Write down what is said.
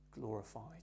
glorified